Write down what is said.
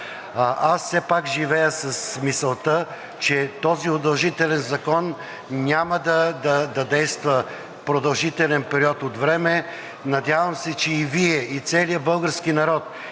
Аз все пак живея с мисълта, че този удължителен закон няма да действа продължителен период от време. Надявам се, че Вие и целият български народ